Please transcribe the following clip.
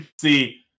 See